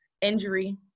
injury